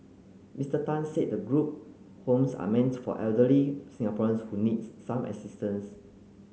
Mister Tan said the group homes are meant for elderly Singaporeans who need some assistance